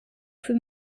für